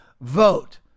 vote